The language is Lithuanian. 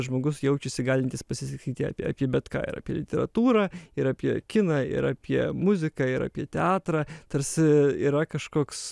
žmogus jaučiasi galintis pasisakyti apie apie bet ką ir apie literatūrą ir apie kiną ir apie muziką ir apie teatrą tarsi yra kažkoks